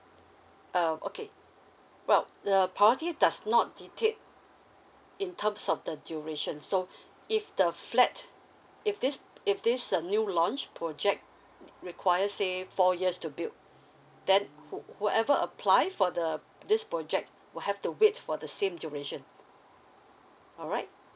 uh okay well the priority does not dictate in terms of the duration so if the flat if this if this uh new launch project require say four years to build then who~ whoever apply for the this project will have to wait for the same duration alright